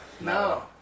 no